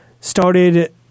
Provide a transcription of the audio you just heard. started